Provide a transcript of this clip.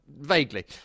vaguely